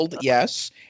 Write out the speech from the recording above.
yes